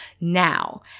now